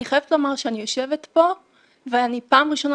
אני חייבת לומר שאני יושבת פה ואני פעם ראשונה